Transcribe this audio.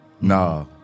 Nah